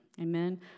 Amen